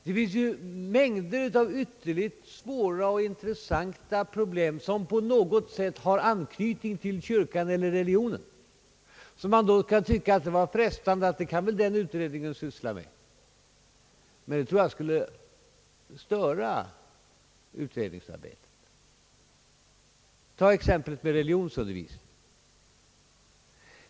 Det finns mängder av ytterligt svåra och intressanta problem som på något sätt har anknytning till kyrkan eller religionen, och man kan då tycka att det är frestande att låta utredningen syssla med dessa problem. Men jag tror att de skulle störa utredningsarbetet. Ta exemplet med religionsundervisningen!